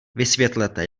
vysvětlete